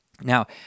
now